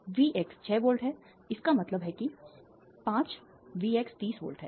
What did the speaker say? तो V X छह volt है इसका मतलब है कि 5 Vx 30 वोल्ट है